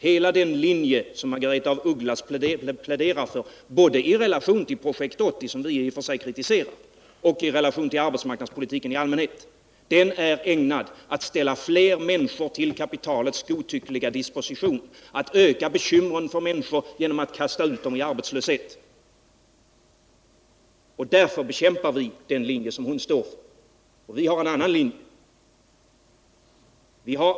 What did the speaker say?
Den linje som Margaretha af Ugglas pläderar för — både i relation till Projekt 80, som jag i och för sig kritiserar, och i relation till arbetsmarknadspolitiken i allmänhet — är ägnad att ställa fler människor till kapitalets godtyckliga disposition, att öka bekymren för människor genom att kasta ut dem i arbetslöshet. Därför bekämpar vi den linje som hon står för. Vi har en annan linje.